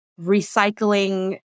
recycling